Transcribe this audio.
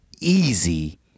Easy